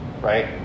right